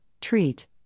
treat